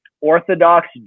orthodox